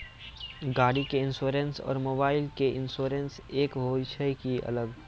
गाड़ी के इंश्योरेंस और मोबाइल के इंश्योरेंस एक होय छै कि अलग?